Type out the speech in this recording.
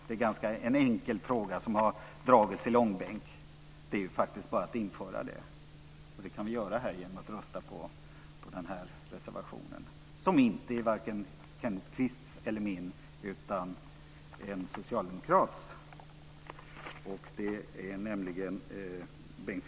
Det är en enkel fråga som har dragits i långbänk. Det är faktiskt bara att införa det. Det kan vi göra genom att rösta på den här reservationen som varken är Kenneth Kvists eller min utan en socialdemokrats, nämligen Bengt Silfverstrands.